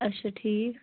اَچھا ٹھیٖک